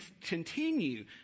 continue